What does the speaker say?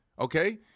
okay